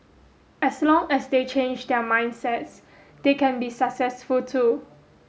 as long as they change their mindsets they can be successful too